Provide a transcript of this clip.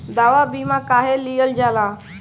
दवा बीमा काहे लियल जाला?